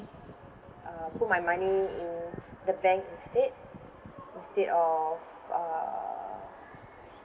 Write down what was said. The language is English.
uh put my money in the bank instead instead of uh